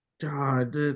God